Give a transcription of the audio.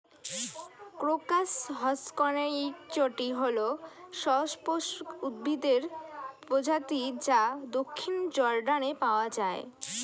crocus হসকনেইচটি হল সপুষ্পক উদ্ভিদের প্রজাতি যা দক্ষিণ জর্ডানে পাওয়া য়ায়